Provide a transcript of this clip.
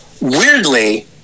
Weirdly